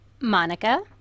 monica